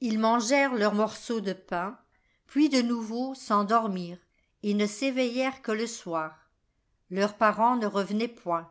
ils mangèrent leur morceau de pain puis de nouveau s'endormirent et ne s'éveillèrent que le soir leurs parents ne revenaient point